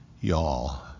Y'all